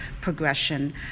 progression